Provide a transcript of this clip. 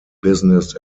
business